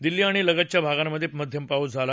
दिल्ली आणि लगतच्या भागांमध्ये मध्यम पाऊस झाला